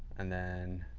and then